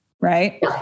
right